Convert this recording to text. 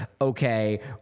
Okay